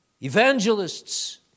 evangelists